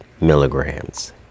milligrams